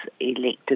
elected